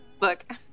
Look